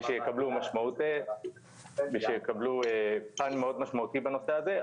כדי שיקבלו משמעות ושיקבלו פן מאוד משמעותי בנושא הזה.